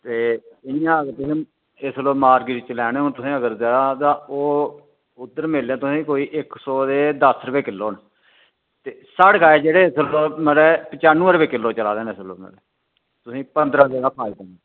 ते इयां अगर तुसें इसलै मार्किट चा लैने होन अगर तां ओह् उद्धर मिलने तुसेंगी कोई इक सौ ते दस्स रपे किलो ते साढ़े कश मतलब पचानवैं रपे किलो चला दे न इसलै तुसेंगी